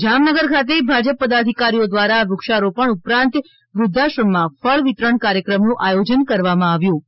તો જામનગર ખાતે ભાજપ પદાધિકારીઓ દ્વારા વૃક્ષારોપણ ઉપરાંત વૃધ્ધાશ્રમ માં ફળ વિતરણ કાર્યક્રમ નું આયોજન કરવામાં આવ્યું હતું